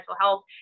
health